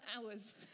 Hours